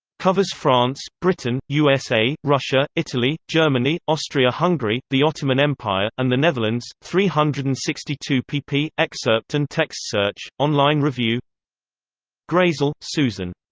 covers france, britain, usa, russia, italy, germany, austria-hungary, the ottoman empire, and the netherlands, three hundred and sixty two pp excerpt and text search online review grayzel, susan.